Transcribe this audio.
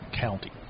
county